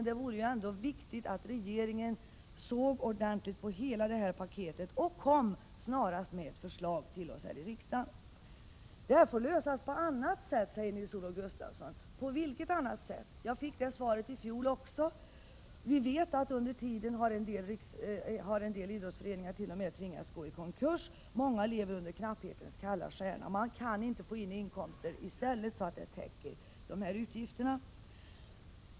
Det är viktigt att regeringen ser ordentligt på hela paketet och snarast kommer med ett förslag till oss i riksdagen. Det här får lösas på annat sätt, säger Nils-Olof Gustafsson. På vilket annat sätt? Jag fick det svaret i fjol också. Vi vet att en del idrottsföreningar t.o.m. har tvingats gå i konkurs under tiden. Många lever under knapphetens kalla stjärna. Man kan inte få in inkomster så att de täcker dessa utgifter.